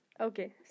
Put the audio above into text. okay